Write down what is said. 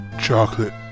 chocolate